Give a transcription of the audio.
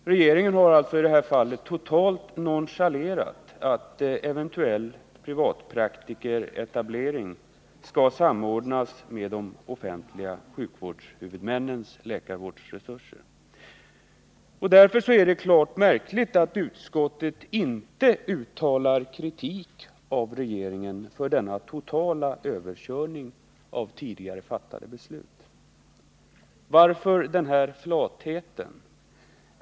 Regeringen har alltså i detta fall totalt nonchalerat att eventuell privatpraktikeretablering skall samordnas med de offentliga sjukvårdshuvudmännens läkarvårdsresurser. Därför är det märkligt att utskottet inte uttalat kritik mot regeringen för denna totala överkörning av tidigare fattade beslut. Varför denna flathet?